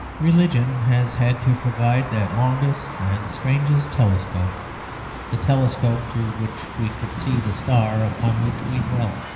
religion has had to provide that longest and strangest telescope the telescope through which we could see the star upon which we dwelt.